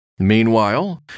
Meanwhile